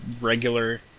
regular